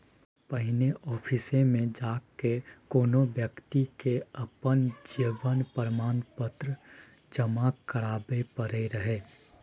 पहिने आफिसमे जा कए कोनो बेकती के अपन जीवन प्रमाण पत्र जमा कराबै परै रहय